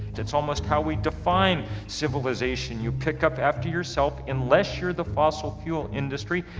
it's almost how we define civilization. you pick up after yourself unless you're the fossil fuel industry.